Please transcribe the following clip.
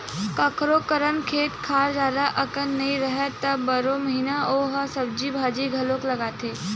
कखोरो करन खेत खार जादा अकन नइ राहय त बारो महिना ओ ह सब्जी भाजी घलोक लगाथे